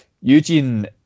Eugene